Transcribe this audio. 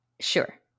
Sure